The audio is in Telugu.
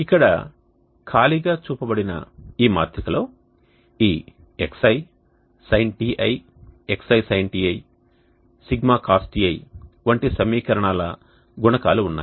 ఇక్కడ ఖాళీగా చూపబడిన ఈ మాత్రికలో ఈ xi sinτi xisinτi Σcosτi వంటి సమీకరణాల గుణకాలు ఉన్నాయి